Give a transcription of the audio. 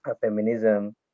feminism